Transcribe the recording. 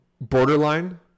borderline